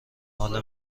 حال